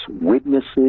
witnesses